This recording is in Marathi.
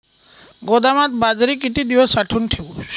गोदामात बाजरी किती दिवस साठवून ठेवू शकतो?